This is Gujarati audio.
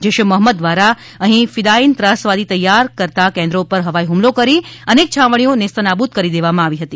જૈશ એ મહમ્મદ દ્વારા અહી ફિદાથીન ત્રાસવાદી તૈયાર કરતાં કેન્દ્રો ઉપર હવાઈ હુમલો કરી અનેક છાવણીઓ નેસ્તનાબુદ કરી દેવામાં આવી હતી